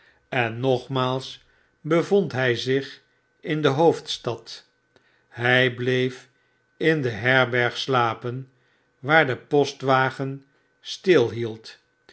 en nogmaals bevond hij zich in de hoofdstad hij bleef in de herberg slapen waar de